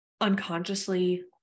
unconsciously